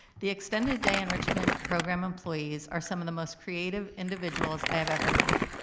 the extended day enrichment program employees are some of the most creative individuals i have ever met.